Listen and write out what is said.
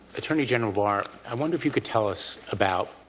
attorney general barr, i wonder if you could tell us about